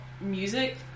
music